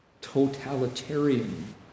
totalitarian